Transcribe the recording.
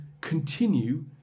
continue